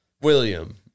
William